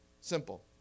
Simple